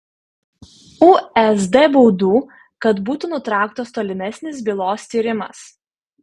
usd baudų kad būtų nutrauktas tolimesnis bylos tyrimas